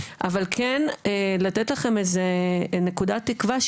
אבל כן לתת לכם איזו נקודת תקווה,